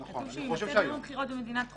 כי כתוב "שיימצא ביום הבחירות במדינת חוץ".